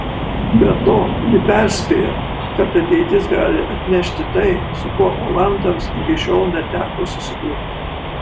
be to ji perspėjo kad ateitis gali atnešti tai su kuo olandams iki šiol neteko susidurti